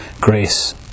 grace